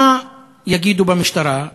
מה יגידו במשטרה?